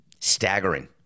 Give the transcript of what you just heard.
Staggering